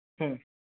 হুম